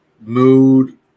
mood